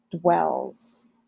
dwells